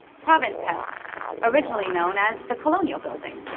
province house originally known as the colonial building.